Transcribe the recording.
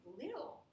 little